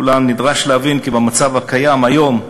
אולם נדרש להבין כי המצב הקיים היום,